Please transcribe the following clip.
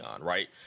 right